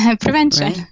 prevention